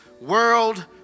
World